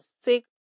sick